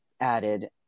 added